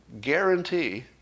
guarantee